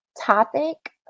topic